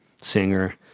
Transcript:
singer